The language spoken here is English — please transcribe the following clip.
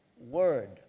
Word